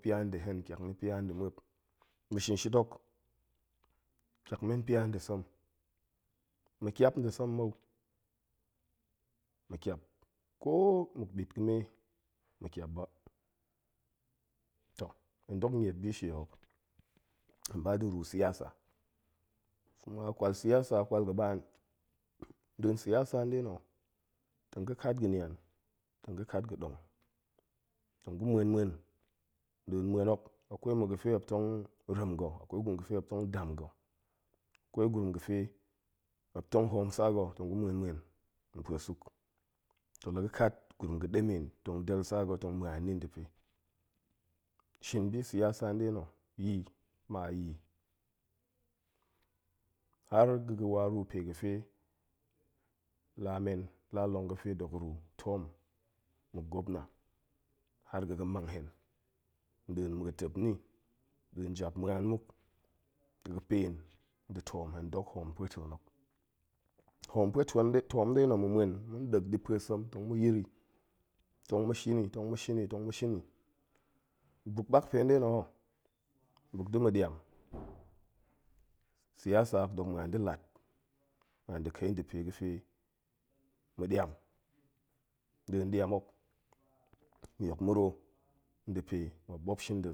Nda̱ hen, ƙiak na̱ pia nda̱ muop, mu shin shit hok, ƙiak men pia nda̱ sem, mu ƙiap nda̱ sem mou, mu ƙiap ko muk ɓit ƙiap ba, toh, hen dok niet bi shie hok, hen ba da̱ ruu siyasa, kuma kwal siyasa a kwal ga̱ ɓaan, nɗin siyasa nɗe na̱, tong ga̱ kat ga̱nian, tong ga̱ kat ga̱dong, tong gu muen muen, nɗin muen hok, akwai muga̱fe muop tong rem ga̱, akwai grum ga̱fe muop tong dam ga̱ akwai grum ga̱fe muop tong hoom saa ga̱ tong gu muen muen npue suk, toh laga̱ kat gurum ga̱ ɗemen, tong del saa ga̱ tong muan ni nda̱pe, shin bi siyasa nɗe na̱ yi, ma yi, har ga̱ ga̱ wa ruu pe ga̱fe lamen lalong ga̱fe dok ruu tom muk gwapna har ga̱ga̱ mang hen nɗin ma̱ga̱ tep ni ndin jap muan muk ni pen nda̱ tom hendok hoom pue tom hok, hoom pue twen, tom nɗe na̱ ma̱ muen ma̱n leng ɗi pue sem tong ma̱ yir i, tong ma̱ shin i tong ma̱ shin i tong ma̱ shin i, mu buk mak npe nɗe na̱ ho, buk da̱ mu ɗiam, siyasa hok dok muan da̱ lat, muan da̱ kai nda̱pe ga̱fe mu ɗiam, ndin ɗiam hok, mu yok mu rwo nda̱ pe, muop mop shin nda̱